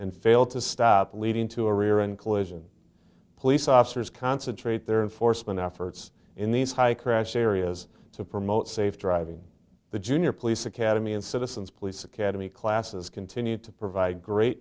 and failed to stop leading to a rear end collision police officers concentrate there in force when efforts in these high crash areas to promote safe driving the junior police academy and citizens police academy classes continue to provide great